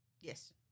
Yes